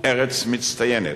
ארץ מצטיינת.